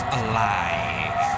alive